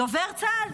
דובר צה"ל,